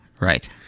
right